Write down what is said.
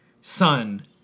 son